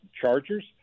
Chargers